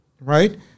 right